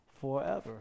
forever